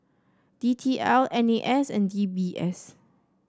D T L N A S and D B S